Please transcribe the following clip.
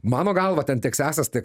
mano galva ten tiek sesės tiek